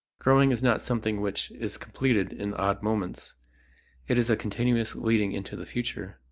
growing is not something which is completed in odd moments it is a continuous leading into the future.